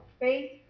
faith